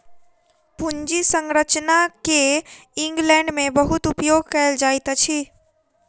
पूंजी संरचना के इंग्लैंड में बहुत उपयोग कएल जाइत अछि